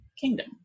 kingdom